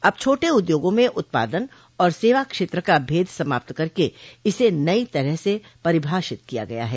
अब छोटे उद्योगों में उत्पादन और सेवा क्षेत्र का भेद समाप्त करके इसे नई तरह से परिभाषित किया गया है